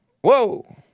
Whoa